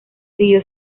siguió